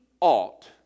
ought